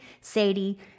Sadie